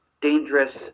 dangerous